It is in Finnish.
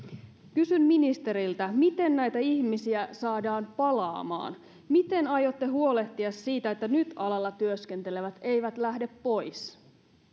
kysyn ministeriltä miten näitä ihmisiä saadaan palaamaan miten aiotte huolehtia siitä että nyt alalla työskentelevät eivät lähde pois